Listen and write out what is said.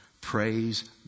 Praise